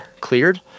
cleared